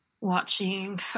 watching